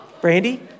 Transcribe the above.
Brandy